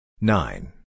Nine